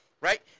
Right